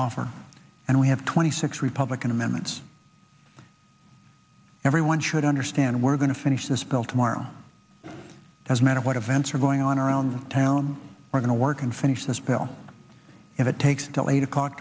offer and we have twenty six republican amendments everyone should understand we're going to finish this bill tomorrow doesn't matter what events are going on around town we're going to work and finish this bill if it takes tell eight o'clock